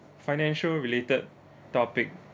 financial related topic